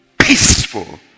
peaceful